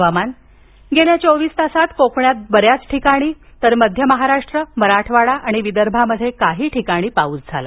हवामान गेल्या चोवीस तासांत कोकणांत बऱ्याच ठिकाणी तर मध्य महाराष्ट्र मराठवाडा आणि विदर्भात तुरळक ठिकाणी पाऊस पडला